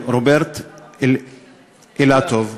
רוברט אילטוב.